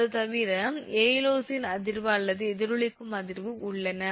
அது தவிர ஏயோலியன் அதிர்வு அல்லது எதிரொலிக்கும் அதிர்வு உள்ளன